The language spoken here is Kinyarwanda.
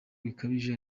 bikabije